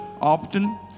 often